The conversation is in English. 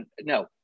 no